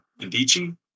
Indici